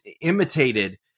imitated